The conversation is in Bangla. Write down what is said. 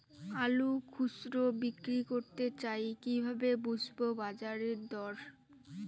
আলু খুচরো বিক্রি করতে চাই কিভাবে বুঝবো বাজার দর?